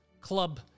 club